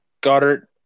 Goddard